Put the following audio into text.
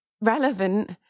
relevant